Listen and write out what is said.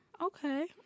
Okay